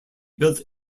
built